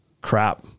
crap